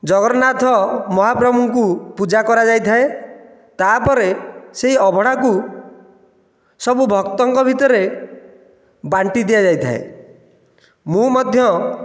ଜଗନ୍ନାଥ ମହାପ୍ରଭୁଙ୍କୁ ପୂଜା କରାଯାଇଥାଏ ତାପରେ ସେହି ଅଭଡ଼ାକୁ ସବୁ ଭକ୍ତଙ୍କ ଭିତରେ ବାଣ୍ଟି ଦିଆଯାଇଥାଏ ମୁଁ ମଧ୍ୟ